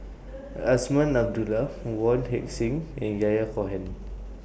Azman Abdullah Wong Heck Sing and Yahya Cohen